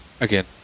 Again